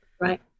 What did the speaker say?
right